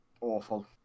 Awful